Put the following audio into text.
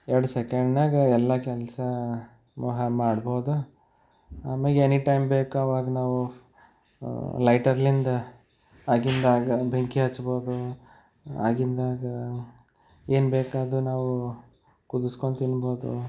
ಎರ್ಡು ಸೆಕೆಂಡ್ನಾಗ ಎಲ್ಲ ಕೆಲಸ ಮಾಡ್ಬೋದು ಆಮ್ಯಾಗ ಎನಿ ಟೈಮ್ ಬೇಕು ಆವಾಗ ನಾವು ಲೈಟರ್ನಿಂದ ಆಗಿಂದಾಗ ಬೆಂಕಿ ಹಚ್ಬಹ್ದು ಆಗಿಂದಾಗ ಏನು ಬೇಕು ಅದು ನಾವು ಕುದಿಸ್ಕೊಂಡು ತಿನ್ಬಹ್ದು